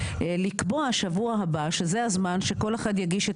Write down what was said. לקבוע שבוע הבא שזה הזמן שכל אחד יגיש את